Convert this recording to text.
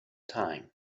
time